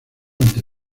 ante